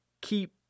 keep